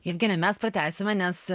jevgenija mes pratęsime nes